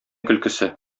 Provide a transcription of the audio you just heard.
көлкесе